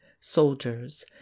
soldiers